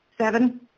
seven